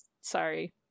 Sorry